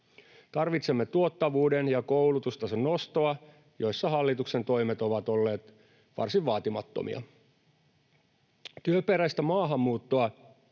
Tarvitsemme tuottavuuden ja koulutustason nostoa, jossa hallituksen toimet ovat olleet varsin vaatimattomia. Työperäistä maahanmuuttoa